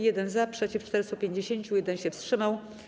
1 - za, przeciw - 450, 1 się wstrzymał.